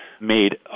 made